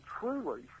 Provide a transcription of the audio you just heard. truly